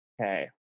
Okay